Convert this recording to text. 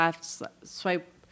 swipe